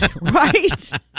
Right